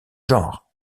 genre